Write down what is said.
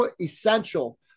essential